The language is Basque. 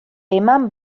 eman